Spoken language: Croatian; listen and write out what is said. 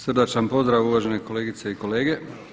Srdačan pozdrav uvažene kolegice i kolege.